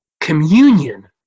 Communion